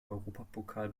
europapokal